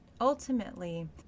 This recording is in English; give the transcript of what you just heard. Ultimately